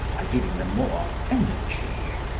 by giving them more energy,